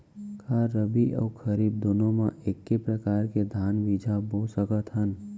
का रबि अऊ खरीफ दूनो मा एक्के प्रकार के धान बीजा बो सकत हन?